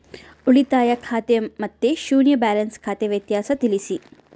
ಉಳಿತಾಯ ಖಾತೆ ಮತ್ತೆ ಶೂನ್ಯ ಬ್ಯಾಲೆನ್ಸ್ ಖಾತೆ ವ್ಯತ್ಯಾಸ ತಿಳಿಸಿ?